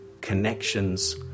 connections